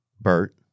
Bert